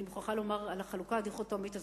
אני מוכרחה לומר על החלוקה הדיכוטומית הזאת,